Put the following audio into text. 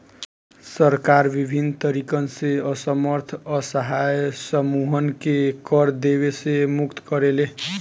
सरकार बिभिन्न तरीकन से असमर्थ असहाय समूहन के कर देवे से मुक्त करेले